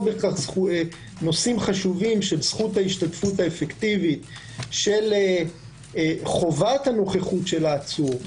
נושאים חשובים של זכות ההשתתפות האפקטיבית של חובת הנוכחות של העצור,